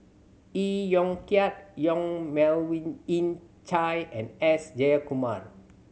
Iee Yong Kiat Yong Melvin Yik Chye and S Jayakumar